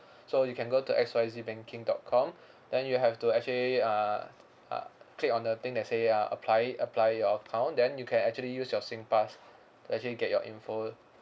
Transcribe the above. so you can go to X Y Z banking dot com then you have to actually uh uh click on the thing that say uh apply apply your account then you can actually use your singpass to actually get your info